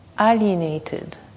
alienated